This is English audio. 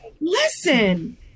listen